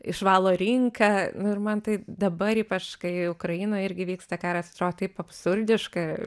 išvalo rinką nu ir man tai dabar ypač kai ukrainoj irgi vyksta karas atrodo taip absurdiška